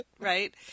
right